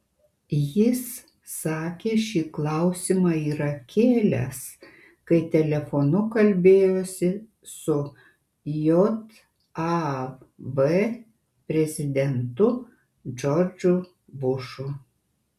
jis sakė šį klausimą yra kėlęs kai telefonu kalbėjosi su jav prezidentu džordžu bušu